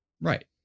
Right